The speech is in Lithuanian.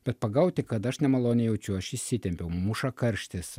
bet pagauti kad aš nemaloniai jaučiu aš įsitempiau muša karštis